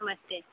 नमस्ते